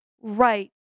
right